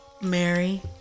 Mary